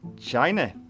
China